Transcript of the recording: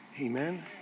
Amen